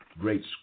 Great